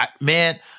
Man